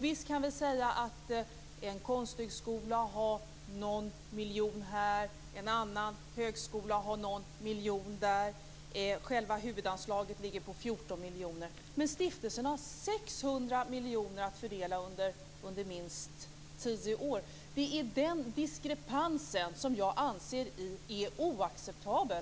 Visst kan vi säga att en konsthögskola har någon miljon här och en annan högskola har någon miljon där. Själva huvudanslaget ligger på 14 miljoner, men stiftelsen har 600 miljoner att fördela under minst tio år. Det är den diskrepansen som jag anser är oacceptabel.